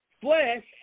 flesh